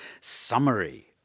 summary